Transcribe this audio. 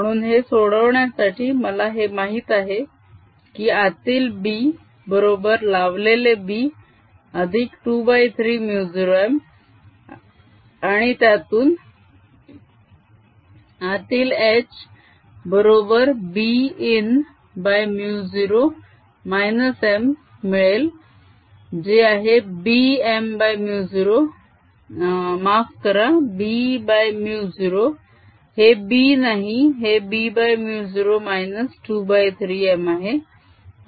म्हणून हे सोडवण्यासाठी मला हे माहित आहे की आतील b बरोबर लावलेले b अधिक 23 μ0 m आणि त्यातून आतील h बरोबर b इनμ0 m मिळेल जे हे b m μ0 - माफ करा bμ0 - हे b नाही हे bμ0 23m आहे